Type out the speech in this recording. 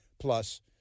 plus